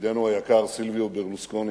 ידידנו היקר סילביו ברלוסקוני,